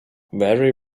very